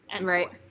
right